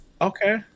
Okay